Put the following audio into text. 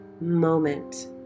moment